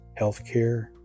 healthcare